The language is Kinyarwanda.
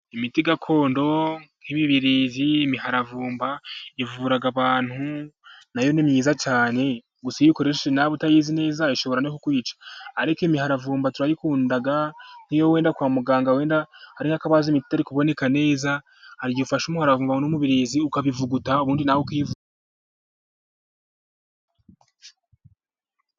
Imiti gakondo nk'ibibirizi, imiharavumba, ivura abantu nayo ni myiza cyane, gusa iyo uyikoresheje nabi nawe utayizi neza ishobora no kukwica, ariko imiharavumba turayikunda, nkiyo wenda kwa muganga wenda hari akabazo imiti itari kuboneka neza, haba igihe ufashe umuravumba n'umubirizi ukabivuguta ubundi nawe ukivura.